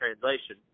translation